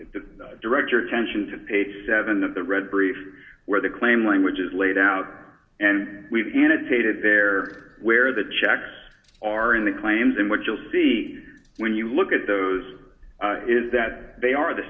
to direct your attention to page seven of the read brief where the claim language is laid out and we've annotated there where the checks are in the claims and what you'll see when you look at those is that they are the